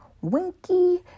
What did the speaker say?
Winky